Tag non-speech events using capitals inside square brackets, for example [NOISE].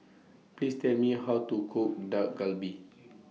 Please Tell Me How to Cook Dak Galbi [NOISE]